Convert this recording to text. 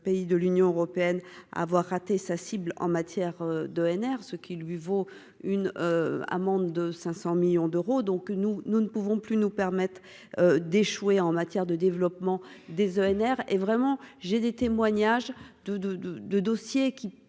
pays de l'Union européenne avoir raté sa cible en matière d'ENR, ce qui lui vaut une amende de 500 millions d'euros, donc nous, nous ne pouvons plus nous permettre d'échouer en matière de développement des ENR et vraiment j'ai des témoignages de, de, de,